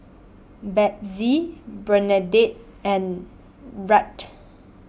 Bethzy Bernadette and Rhett